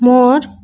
ମୋର